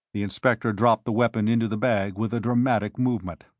the inspector dropped the weapon into the bag with a dramatic movement.